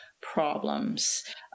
problems